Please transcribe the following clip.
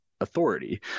authority